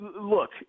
look